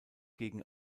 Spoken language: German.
gegen